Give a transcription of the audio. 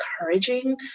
encouraging